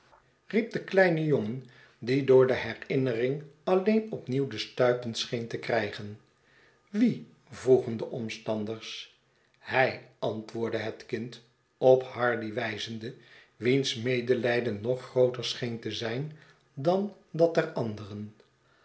de kleine jongen die door de herinnering alleen opnieuw de stuipen seheen te krijgen wie vroegen de omstanders hij antwoordde het kind op hardy wijzende wiens medelijden nog grooter seheen te zijn dan dat der anderen